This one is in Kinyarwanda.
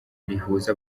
rihuza